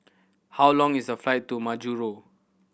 how long is the flight to Majuro